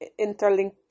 interlink